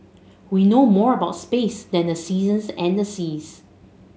we know more about space than the seasons and the seas